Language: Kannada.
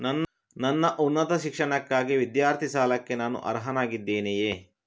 ನನ್ನ ಉನ್ನತ ಶಿಕ್ಷಣಕ್ಕಾಗಿ ವಿದ್ಯಾರ್ಥಿ ಸಾಲಕ್ಕೆ ನಾನು ಅರ್ಹನಾಗಿದ್ದೇನೆಯೇ?